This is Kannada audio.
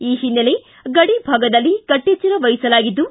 ಈ ಹಿನ್ನೆಲೆ ಗಡಿ ಭಾಗದಲ್ಲಿ ಕಟ್ಟಿಚ್ಚರ ವಹಿಸಲಾಗಿದ್ದು